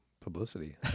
publicity